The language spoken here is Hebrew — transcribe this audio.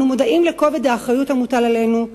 אנו מודעים לכובד האחריות המוטלת עלינו,